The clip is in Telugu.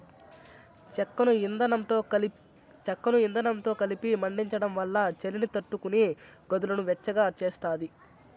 చెక్కను ఇందనంతో కలిపి మండించడం వల్ల చలిని తట్టుకొని గదులను వెచ్చగా చేస్తాది